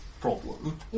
problem